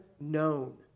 known